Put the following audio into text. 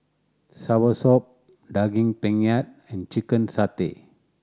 soursop Daging Penyet and chicken satay